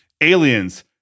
aliens